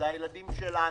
זה הילדים שלנו.